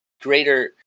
greater